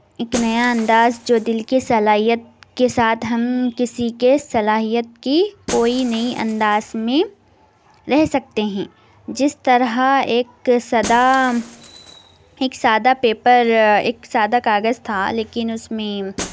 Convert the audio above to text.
اک نیا انداز جو دل کے صلاحیت کے ساتھ ہم کسی کے صلاحیت کی کوئی نئی انداز میں رہ سکتے ہیں جس طرح ایک سدا ایک سادہ پیپر ایک سادہ کاغذ تھا لیکن اس میں